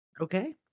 Okay